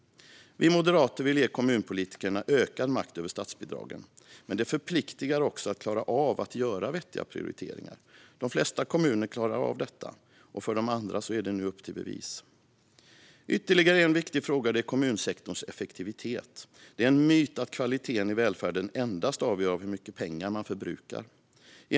Vi moderater vill ge kommunpolitikerna ökad makt över statsbidragen, men det förpliktar också att klara av att göra vettiga prioriteringar. De flesta kommuner klarar detta, och för de andra är det nu upp till bevis. Ytterligare en viktig fråga är kommunsektorns effektivitet. Det är en myt att kvaliteten i välfärden endast avgörs av hur mycket pengar man förbrukar.